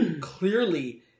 clearly